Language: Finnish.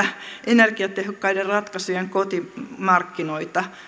energiatehokkaiden ratkaisujen kotimarkkinoita